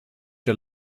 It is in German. der